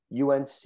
UNC